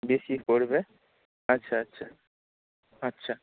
বেশি পড়বে আচ্ছা আচ্ছা আচ্ছা